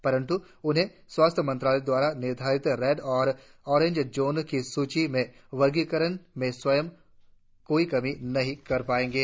परन्त् उन्हें स्वास्थ्य मंत्रालय द्वारा निर्धारित रेड और ऑरेंज क्षेत्रों की सूची के वर्गीकरण में स्वयं कोई कमी नहीं कर पाएंगे